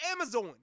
Amazon